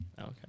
Okay